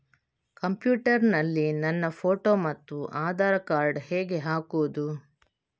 Computer ನಲ್ಲಿ ನನ್ನ photo ಮತ್ತು ಆಧಾರ್ ಕಾರ್ಡ್ ಹೇಗೆ ಹಾಕುವುದು?